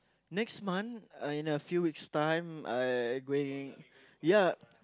next month uh in a few weeks time I going ya